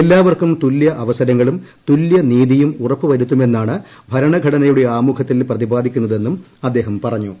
എല്ലാവർക്കും തുല്യ അവസരങ്ങളും തുല്യൂനീതിയും ഉറപ്പുവരുത്തുമെന്നാണ് ഭരണഘടനയുടെ ആമുഖത്തിൽ പ്രതിപാദിക്കുന്നതെന്നും അദ്ദേഹം പറഞ്ഞു